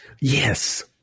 Yes